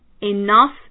enough